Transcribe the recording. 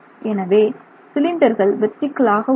எனவே சிலிண்டர்கள் வெர்ட்டிகளாக உள்ளன